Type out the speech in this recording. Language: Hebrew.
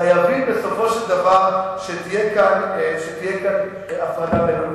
חייבים בסופו של דבר שתהיה כאן הפרדה בינינו.